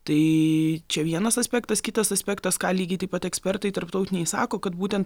tai čia vienas aspektas kitas aspektas ką lygiai taip pat ekspertai tarptautiniai sako kad būtent